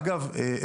אגב,